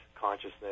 consciousness